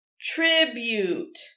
Tribute